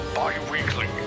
bi-weekly